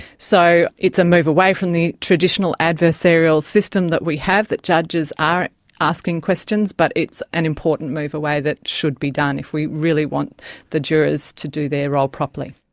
so it's a move away from the traditional adversarial system that we have, that judges are asking questions, but it's an important move away that should be done if we really want the jurors to do their role properly.